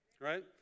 right